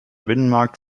binnenmarkt